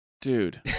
Dude